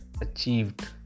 achieved